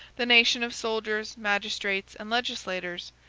the nation of soldiers, magistrates, and legislators,